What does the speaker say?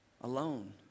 alone